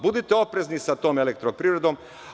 Budite oprezni sa tom Elektroprivredom.